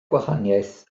gwahaniaeth